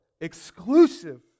Exclusive